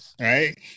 Right